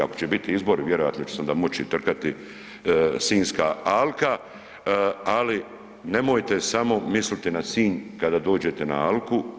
Ako će biti izbori, vjerojatno će se onda moći trkati Sinjska alka, ali nemojte samo misliti na Sinj kada dođete na alku.